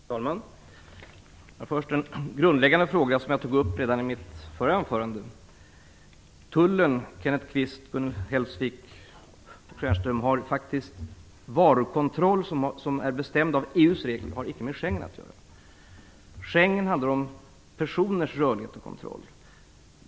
Herr talman! Låt mig börja med en grundläggande fråga som jag tog upp redan i mitt förra anförande. Tullen skall faktiskt genomföra varukontroll som är bestämd av EU:s regler, Kenneth Kvist, Gun Hellsvik och Michael Stjernström. Det har ingenting med Schengen att göra. Schengen handlar om personers rörlighet och kontrollen av den.